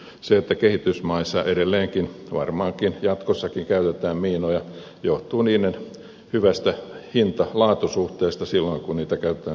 se että kehitysmaissa edelleenkin varmaankin jatkossakin käytetään miinoja johtuu niiden hyvästä hintalaatu suhteesta silloin kun niitä käytetään sotilaalliseen tarkoitukseen